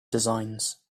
designs